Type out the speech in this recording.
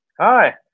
Hi